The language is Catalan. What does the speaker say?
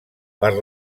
per